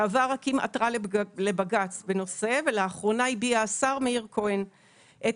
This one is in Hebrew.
בעבר אקים עתרה לבג"צ בנושא ולאחרונה הביע השר מאיר כהן את